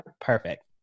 Perfect